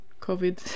Covid